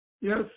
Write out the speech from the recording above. Yes